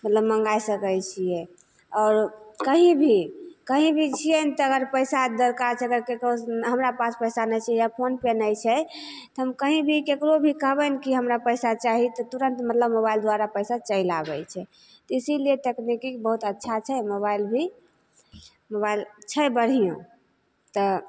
मतलब मँगाय सकय छियै आओर कहीं भी कहीं भी छियै तऽ अगर पैसाके दरकार छै अगर ककरोसँ हमरा पास पैसा नहि छै या फोन पे नहि छै तऽ हम कहीं भी ककरो भी कहबय ने कि हमरा पैसा चाही तऽ तुरन्त मतलब मोबाइल द्वारा पैसा चलि आबय छै तऽ इसीलिए तकनिकीके बहुत अच्छा छै मोबाइल भी मोबाइल छै बढ़िआँ तऽ